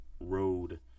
road